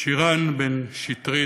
שירן בן שטרית.